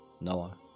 Noah